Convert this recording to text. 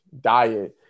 diet